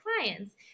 clients